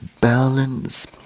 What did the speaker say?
balance